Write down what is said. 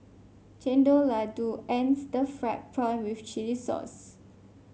Chendol laddu and Stir Fried Prawn with Chili Sauce